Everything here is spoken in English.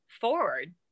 forward